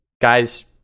Guys